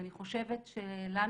ואני חושבת שלנו,